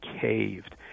caved